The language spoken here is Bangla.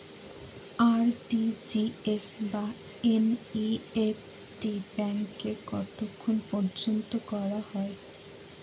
আর.টি.জি.এস বা এন.ই.এফ.টি ব্যাংকে কতক্ষণ পর্যন্ত করা যায়?